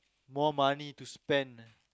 more money to spend